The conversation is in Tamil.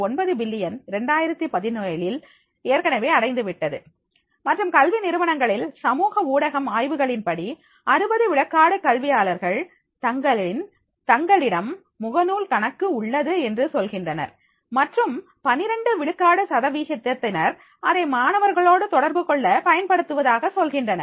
9 பில்லியன் 2017இல் ஏற்கனவே அடைந்துவிட்டது மற்றும் கல்வி நிறுவனங்களில் சமூக ஊடகம் ஆய்வுகளின்படி 60 விழுக்காடு கல்வியாளர்கள் தங்களிடம் முகநூல் கணக்கு உள்ளது என்று சொல்கின்றனர் மற்றும் 12 விழுக்காடு சதவீதத்தினர் அதை மாணவர்களோடு தொடர்புகொள்ள பயன்படுத்துவதாக சொல்கின்றனர்